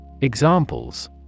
Examples